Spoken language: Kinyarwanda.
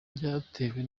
byatewe